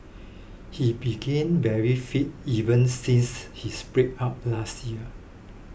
he begin very fit even since his breakup last year